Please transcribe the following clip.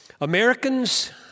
Americans